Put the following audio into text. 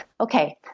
okay